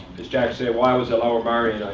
as jack said, while i was at lower merion,